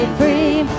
free